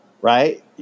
right